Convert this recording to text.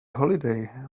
holiday